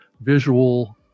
visual